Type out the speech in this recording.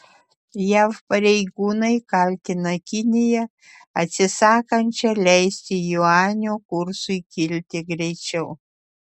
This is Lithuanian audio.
jav pareigūnai kaltina kiniją atsisakančią leisti juanio kursui kilti greičiau